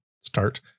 start